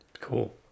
cool